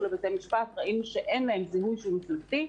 לבית משפט ראינו שאין להם זיהוי מפלגתי.